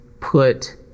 put